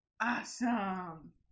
Awesome